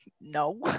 no